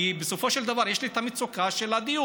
כי בסופו של דבר יש לי מצוקת דיור?